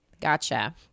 Gotcha